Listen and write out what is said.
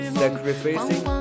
sacrificing